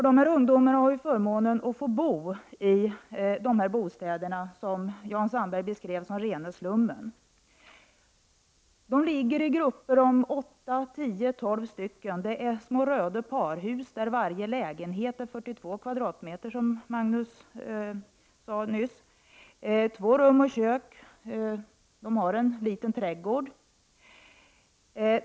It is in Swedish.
Dessa ungdomar har förmånen att få bo i de bostäder som Jan Sandberg beskrev som rena slummen. De ligger i grupper om åtta till tolv stycken. Det är små röda parhus där varje lägenhet är på 42 m?, som Magnus Persson nyss sade. De är på två rum och kök och har en liten trädgård.